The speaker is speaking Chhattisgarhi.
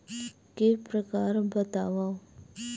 के प्रकार बतावव?